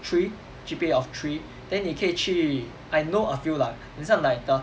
three G_P_A of three then 你可以去 I know a few lah 很像 like the